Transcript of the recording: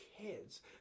kids